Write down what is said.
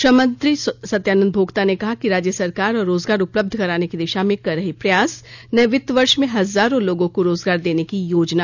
श्रम मंत्री सत्यानंद भोक्ता ने कहा कि राज्य सरकार रोजगार उपलब्ध कराने की दिशा में कर रही प्रयास नये वित्त वर्ष में हजारों लोगों को रोजगार देने की योजना